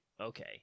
Okay